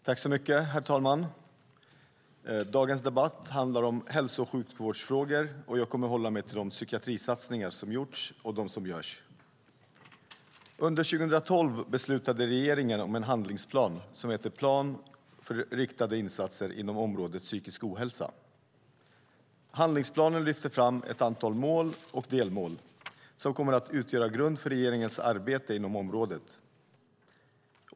Herr talman! Dagens debatt handlar om hälso och sjukvårdsfrågor, och jag kommer att hålla mig till de psykiatrisatsningar som har gjorts och de som görs. Under 2012 beslutade regeringen om en handlingsplan som heter PRIO psykisk ohälsa - plan för riktade insatser inom området psykisk ohälsa 2012-2016. Handlingsplanen lyfter fram ett antal mål och delmål som kommer att utgöra grund för regeringens arbete inom området.